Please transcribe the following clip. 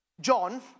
John